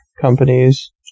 companies